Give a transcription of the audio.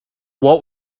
what